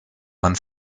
man